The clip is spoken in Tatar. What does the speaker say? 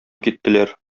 киттеләр